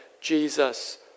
Jesus